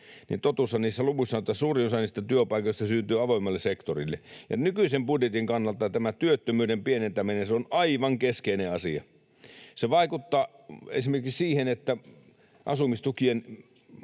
niin totuushan niissä luvuissa on, että suurin osa niistä työpaikoista syntyi avoimelle sektorille. Nykyisen budjetin kannalta tämä työttömyyden pienentäminen on aivan keskeinen asia. Se vaikuttaa esimerkiksi siihen, että asumistukien